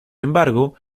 embargo